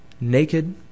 naked